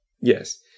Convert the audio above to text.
Yes